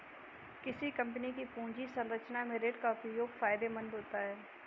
किसी कंपनी की पूंजी संरचना में ऋण का उपयोग फायदेमंद होता है